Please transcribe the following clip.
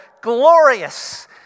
glorious